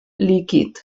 líquid